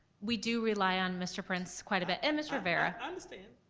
we do rely on mr. prince quite a bit, and mr. rivera. i understand,